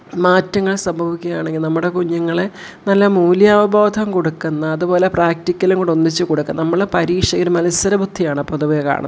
മാറ്റങ്ങൾ സംഭവിക്കുകയാണെങ്കിൽ നമ്മുടെ കുഞ്ഞുങ്ങളെ നല്ല മൂല്യാവബോധം കൊടുക്കുന്ന അതുപോലെ പ്രാക്റ്റിക്കലും കൂടൊന്നിച്ചു കൊടുക്കാം നമ്മൾ പരീക്ഷയിൽ മത്സരബുദ്ധിയാണ് പൊതുവേ കാണുന്ന